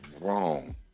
wrong